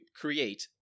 create